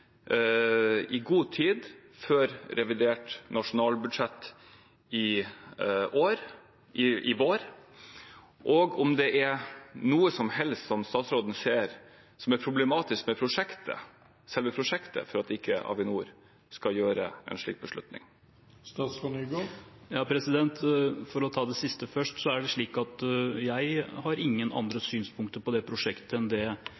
i god tid før revidert nasjonalbudsjett i vår. Og ser statsråden noe som helst som er problematisk med selve prosjektet, for at ikke Avinor skal gjøre en slik beslutning. For å ta det siste først: Jeg har ingen andre synspunkter på det prosjektet enn det regjeringen og Stortinget har lagt til grunn. Det